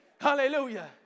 hallelujah